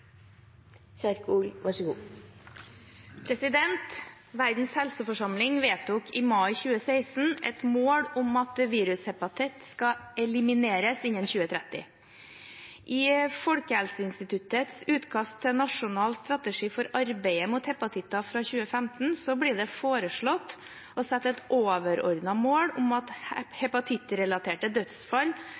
Verdens helseforsamling vedtok i mai 2016 et mål om at virushepatitt skal elimineres innen 2030. I Folkehelseinstituttets utkast til nasjonal strategi for arbeidet mot hepatitter fra 2015 ble det foreslått å sette et overordnet mål om at hepatittrelaterte dødsfall